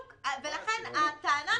בעיניי זה מאוד דומה לאותו תיקון שהוועדה